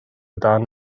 dan